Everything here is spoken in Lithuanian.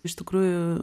iš tikrųjų